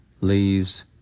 leaves